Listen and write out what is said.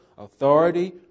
Authority